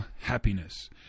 happiness